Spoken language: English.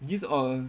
these are